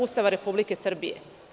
Ustava Republike Srbije.